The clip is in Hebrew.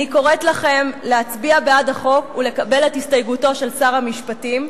אני קוראת לכם להצביע בעד החוק ולקבל את הסתייגותו של שר המשפטים.